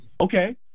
okay